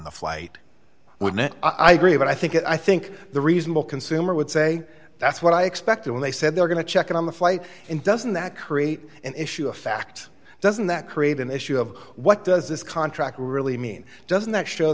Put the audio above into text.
the flight with it i agree but i think it i think the reasonable consumer would say that's what i expected when they said they're going to check in on the flight and doesn't that create an issue of fact doesn't that create an issue of what does this contract really mean doesn't that show